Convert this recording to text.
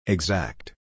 Exact